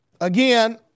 Again